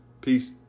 Peace